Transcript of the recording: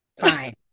Fine